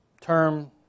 term